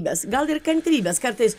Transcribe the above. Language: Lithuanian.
bes gal ir kantrybės kartais